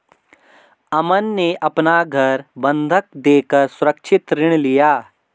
अमन ने अपना घर बंधक देकर सुरक्षित ऋण लिया